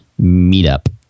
meetup